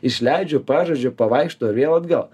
išleidžiu pažaidžiu pavaikšto ir vėl atgal